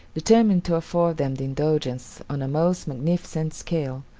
determined to afford them the indulgence on a most magnificent scale,